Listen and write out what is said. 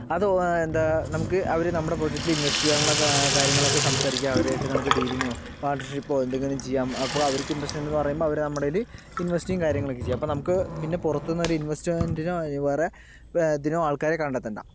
അത് എന്താ നമുക്ക് അവര് നമ്മടെ പ്രോജെക്ടില് ഇൻവെസ്റ്റ് ചെയ്യാനൊള്ള കാ കാര്യങ്ങളൊക്കെ സംസാരിക്കുക അവരായിട്ട് നമക്ക് ഡീലിങ്ങോ പാർട്ണർഷിപ്പോ എന്തെങ്കിലും ചെയ്യാം അപ്പൊൾ അവർക്ക് ഇന്ററെസ്റ്റ് ഉണ്ടെന്ന് പറയുമ്പോൾ അവര് നമ്മടെ കയ്യില് ഇൻവെസ്റ്റും കാര്യങ്ങളക്കെ ചെയ്യും അപ്പൊൾ നമുക്ക് പിന്നെ പുറത്തുനിന്നൊരു ഇൻവെസ്റ്റ്മെന്റിനോ വേറെ ഇതിനോ ആൾക്കാരെ കണ്ടെത്തേണ്ട